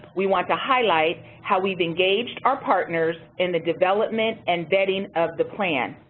we want to highlight how we've engaged our partners in the development and vetting of the plan.